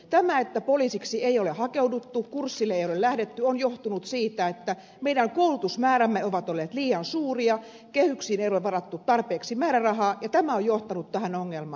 tämä että poliisiksi ei ole hakeuduttu kurssille ei ole lähdetty on johtunut siitä että meidän koulutusmäärämme ovat olleet liian suuria kehyksiin ei ole varattu tarpeeksi määrärahaa ja tämä on johtanut tähän ongelmaan